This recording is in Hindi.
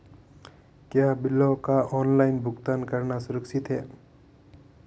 क्या बिलों का ऑनलाइन भुगतान करना सुरक्षित है?